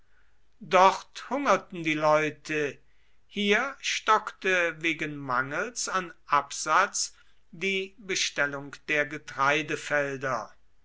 dort hungerten die leute hier stockte wegen mangels an absatz die bestellung der getreidefelder